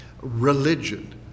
religion